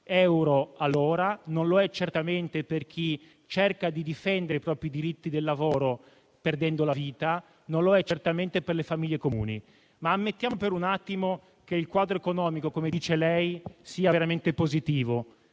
euro all'ora, per chi cerca di difendere i propri diritti del lavoro perdendo la vita e per le famiglie comuni. Ammettiamo per un attimo che il quadro economico, come dice lei, sia veramente positivo.